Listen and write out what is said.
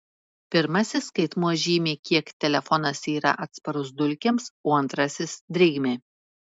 pirmasis skaitmuo žymi kiek telefonas yra atsparus dulkėms o antrasis drėgmei